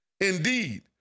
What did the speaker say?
Indeed